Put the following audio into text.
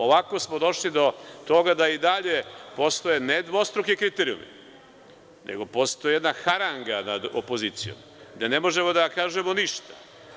Ovako smo došli do toga da i dalje postoje ne dvostruki kriterijumi, nego postoji jedna haranga nad opozicijom, gde ne možemo da kažemo ništa.